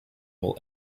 will